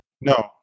No